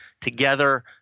together